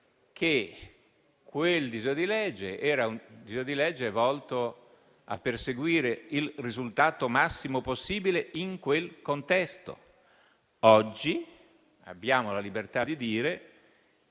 che quel disegno di legge era volto a perseguire il risultato massimo possibile in quel contesto. Oggi abbiamo la libertà di dire